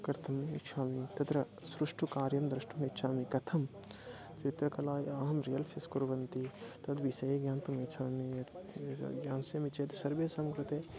कर्तुम् इच्छामि तत्र सुष्ठु कार्यं द्रष्टुमिच्छामि कथं चित्रकलाय अहं रियल् फेस् कुर्वन्ति तद्विषये तुम् इछामि ज्ञातुम् इच्छामि ज्ञास्यामि चेत् सर्वेषां कृते